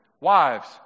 wives